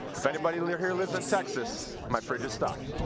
if anybody and here here lives in texas, my fridge is stocked!